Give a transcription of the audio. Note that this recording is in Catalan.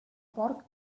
porc